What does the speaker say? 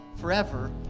forever